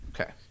okay